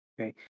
Okay